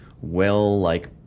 well-like